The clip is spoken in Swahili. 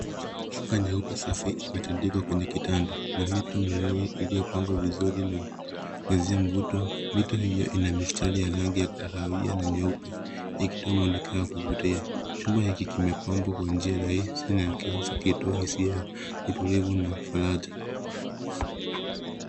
Shuka nyeupe safi imetandikwa kwenye kitanda na mito miwili iliyopangwa vizuri na inaongezea mvuto. Mito hiyo ina mistari ya rangi ya kahawia na nyeupe ikitoa mwonekano wa kuvutia. Chumba hiki kimepambwa kwa njia ya kisasa na zikitoa hisia ya utulivu na faraja.